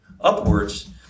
upwards